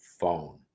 phone